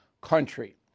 country